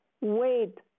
Wait